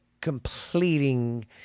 completing